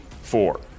four